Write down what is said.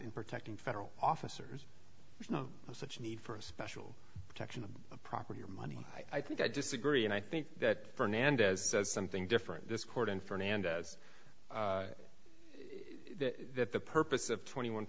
in protecting federal officers there's no such need for a special protection of a proper your money i think i disagree and i think that fernandez says something different this court in fernandez that the purpose of twenty one